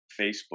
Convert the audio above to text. Facebook